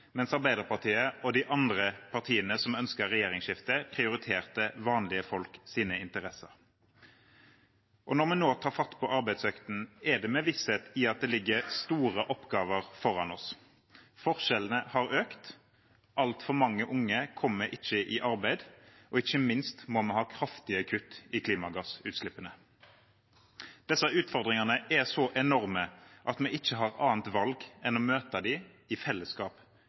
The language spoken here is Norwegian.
mens Arbeiderpartiet og de andre partiene som ønsket regjeringsskifte, prioriterte vanlige folks interesser. Når vi nå tar fatt på arbeidsøkten, er det med visshet om at det ligger store oppgaver foran oss. Forskjellene har økt, altfor mange unge kommer ikke i arbeid, og ikke minst må vi ha kraftige kutt i klimagassutslippene. Disse utfordringene er så enorme at vi ikke har annet valg enn å møte dem i fellesskap,